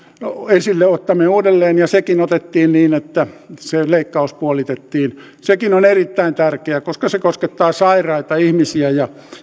esille ottaminen uudelleen ja sekin otettiin niin että se leikkaus puolitettiin sekin on erittäin tärkeä koska se koskettaa sairaita ihmisiä ja